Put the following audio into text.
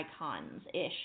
icons-ish